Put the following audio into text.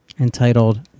Entitled